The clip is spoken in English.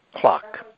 clock